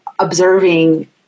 observing